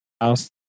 house